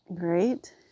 Great